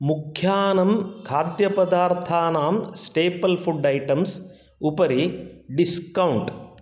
मुख्यानां खाद्यपदार्थानां staple food items उपरि discount